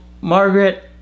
margaret